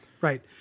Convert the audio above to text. Right